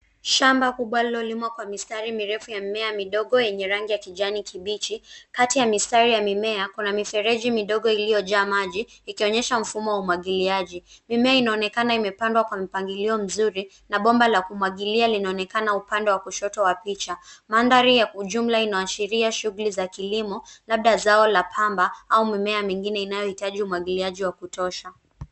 Shamba kubwa lililolimwa kwa mistari mirefu ya mimea midogo yenye rangi ya kijani kibichi. Kati ya mistari ya mimea kuna mifereji midogo iliyojaa maji, ikionyesha mfumo wa umwagiliaji. Mimea inaonekana imepandwa kwa mpangilo mzuri na bomba la kumwagilia linaonekana upande wa kushoto wa picha. Mandhari ya ujumla inaashiria shughuli za kilimo, labda zao la pamba au mimea mingine inayohitaji umwagiliaji wa kutosha.